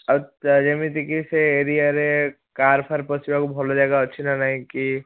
ଆଉ ଯେମିତି କି ସେ ଏରିଆରେ କାର୍ ଫାର୍ ପଶିବାକୁ ଭଲ ଜାଗା ଅଛି ନା ନାହିଁ କି